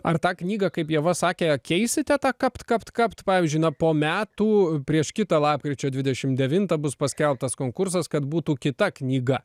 ar tą knygą kaip ieva sakė keisite tą kapt kapt kapt pavyzdžiui na po metų prieš kitą lapkričio dvidešim devintą bus paskelbtas konkursas kad būtų kita knyga